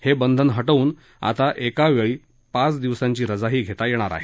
ते बंधन हटवून आता एका वेळी पाच दिवसांची रजाही घेता येणार आहे